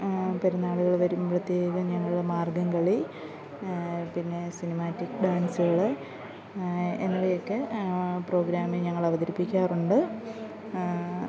പെരുന്നാളുകൾ വരുമ്പോഴത്തേക്കു ഞങ്ങൾ മാര്ഗ്ഗം കളി പിന്നെ സിനിമേറ്റിക് ഡാന്സുകൾ എന്നിവയൊക്കെ പ്രോഗ്രാമിനു ഞങ്ങളവതരിപ്പിക്കാറുണ്ട്